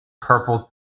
Purple